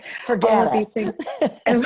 Forget